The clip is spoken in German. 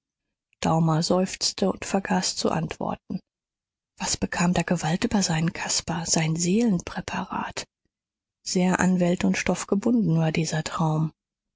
daumer seufzte und vergaß zu antworten was bekam da gewalt über seinen caspar sein seelenpräparat sehr an welt und stoff gebunden war dieser traum